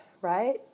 right